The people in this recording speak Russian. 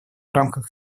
рамках